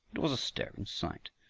it was a stirring sight.